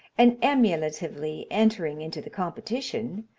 and emulatively entering into the competition,